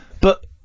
But-